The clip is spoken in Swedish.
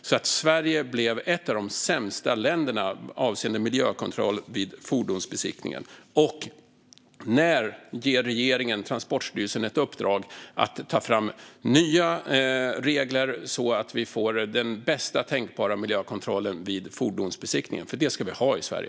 Hur kunde Sverige bli ett av de sämsta länderna avseende miljökontroll vid fordonsbesiktning, och när ger regeringen Transportstyrelsen ett uppdrag att ta fram nya regler så att vi får den bästa tänkbara miljökontrollen vid fordonsbesiktning? För det ska vi ha i Sverige.